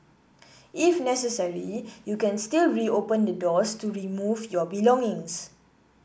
if necessary you can still reopen the doors to remove your belongings